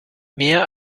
mehr